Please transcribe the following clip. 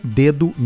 dedo